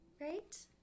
right